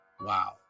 Wow